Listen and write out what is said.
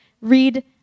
read